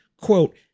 quote